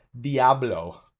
Diablo